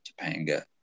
Topanga